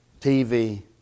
TV